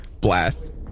Blast